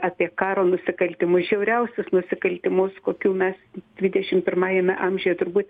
apie karo nusikaltimų žiauriausius nusikaltimus kokių mes dvidešim pirmajame amžiuje turbūt